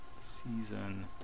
season